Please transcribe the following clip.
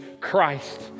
Christ